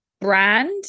brand